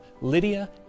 Lydia